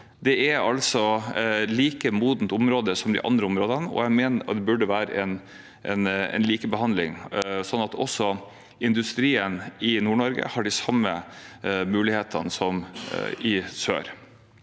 Det er et like modent område som de andre områdene, og jeg mener det burde være en likebehandling, sånn at industrien i NordNorge har de samme mulighetene som i sør.